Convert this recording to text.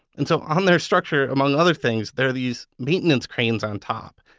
and so on their structure, among other things, there are these maintenance cranes on top.